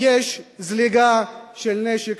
יש זליגה של נשק